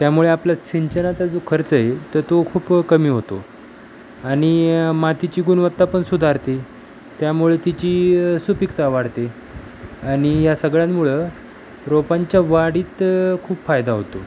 त्यामुळे आपलं सिंचनाचा जो खर्च आहे त तो खूप कमी होतो आणि मातीची गुणवत्ता पण सुधारते त्यामुळे तिची सुपिकता वाढते आणि या सगळ्यांमुळं रोपांच्या वाढीत खूप फायदा होतो